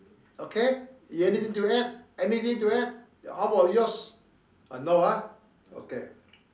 okay you anything to add anything to add how about yours ah no ah okay